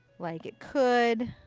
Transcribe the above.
like it could.